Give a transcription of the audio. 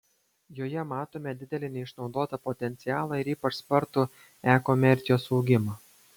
joje matome didelį neišnaudotą potencialą ir ypač spartų e komercijos augimą